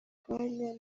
kanya